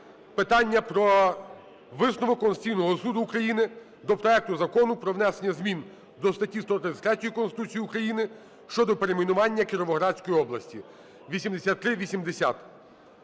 питання, висновок Конституційного Суду України до проекту Закону про внесення змін до статті 133 Конституції України щодо перейменування Кіровоградської області (8380).